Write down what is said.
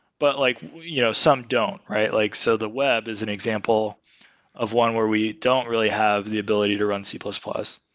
but like you know some don't. like so the web is an example of one where we don't really have the ability to run c plus plus.